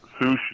Sushi